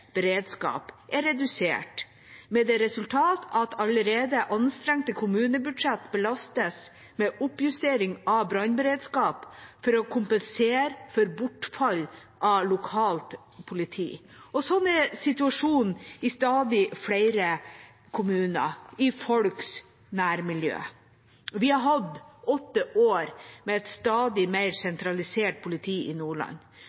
er redusert med det resultat at allerede anstrengte kommunebudsjett belastes med oppjustering av brannberedskap for å kompensere for bortfall av lokalt politi. Sånn er situasjonen i stadig flere kommuner, i folks nærmiljø. Vi har hatt åtte år med et stadig mer sentralisert politi i Nordland.